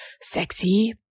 sexy